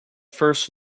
first